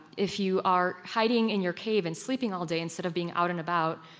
if you are hiding in your cave and sleeping all day instead of being out and about,